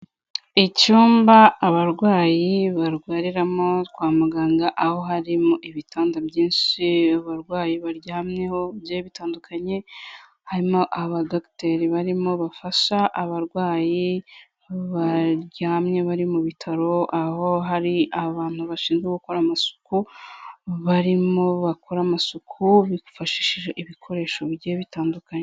Icyumba abarwayi barwariramo kwa muganga aho harimo ibitanda byinshi abarwayi baryamyeho bigiye bitandukanye, harimo aba dogiteri barimo bafasha abarwayi baryamye bari mu bitaro, aho hari abantu bashinzwe gukora amasuku, barimo bakora amasuku, bifashishije ibikoresho bigiye bitandukanye.